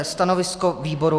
Stanovisko výboru: